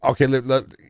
okay